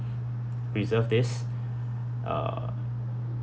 preserve this uh